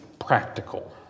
Practical